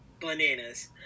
bananas